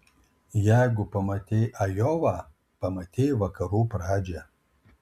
jeigu pamatei ajovą pamatei vakarų pradžią